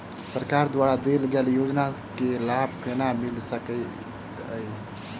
सरकार द्वारा देल गेल योजना केँ लाभ केना मिल सकेंत अई?